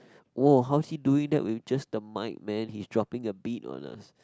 !woah! how's he doing that with just the mic man he's dropping a beat on us